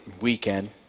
weekend